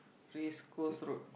Race-Course-Road